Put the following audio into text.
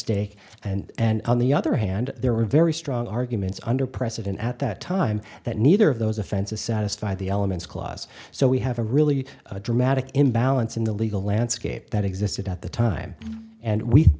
stake and on the other hand there were very strong arguments under precedent at that time that neither of those offenses satisfy the elements clause so we have a really dramatic imbalance in the legal landscape that existed at the time and we